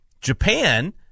Japan